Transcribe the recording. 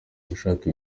abashaka